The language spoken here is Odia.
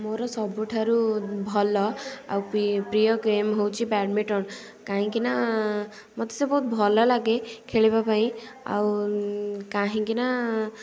ମୋର ସବୁଠାରୁ ଭଲ ଆଉ ପ୍ରି ପ୍ରିୟ ଗେମ୍ ହେଉଛି ବ୍ୟାଡ଼ମିଣ୍ଟନ୍ କାହିଁକି ନା ମୋତେ ସେ ବହୁତ ଭଲଲାଗେ ଖେଳିବା ପାଇଁ ଆଉ କାହିଁକି ନା